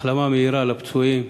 החלמה מהירה לפצועים.